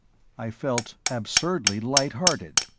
i felt absurdly light-hearted.